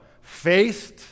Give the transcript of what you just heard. faced